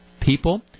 people